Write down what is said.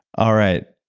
all right,